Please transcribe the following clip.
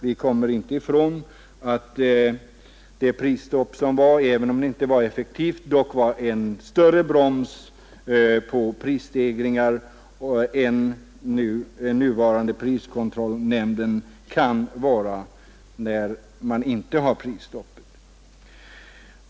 Man kommer inte ifrån att det prisstopp som vi tidigare hade, även om det inte var effektivt, ändå var en större broms på prisstegringarna än den nuvarande priskontrollnämnden kan vara, när vi inte har prisstopp.